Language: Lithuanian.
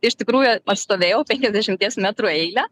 iš tikrųjų pastovėjau penkiasdešimties metrų eilę